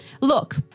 Look